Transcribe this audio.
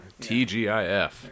TGIF